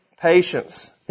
patience